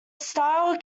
style